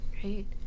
Great